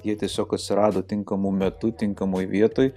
jie tiesiog atsirado tinkamu metu tinkamoj vietoj